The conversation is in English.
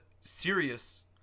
serious